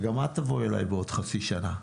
וגם את תבואי אליי בעוד חצי שנה,